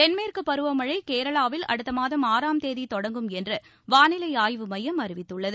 தென்மேற்கு பருவமழை கேரளாவில் அடுத்த மாதம் ஆறாம் தேதி தொடங்கும் என்று வானிலை ஆய்வு மையம் அறிவித்துள்ளது